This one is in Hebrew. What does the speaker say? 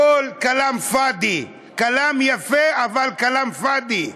הכול כלאם פאד'י, כלאם יפה, אבל כלאם פאד'י.